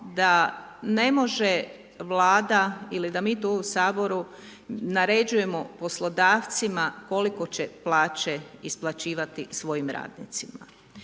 da ne može vlada ili da mi to u Saboru naređujemo poslodavcima, naređujemo kolike će plaće isplaćivati svojim radnicima.